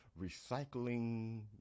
recycling